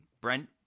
Brent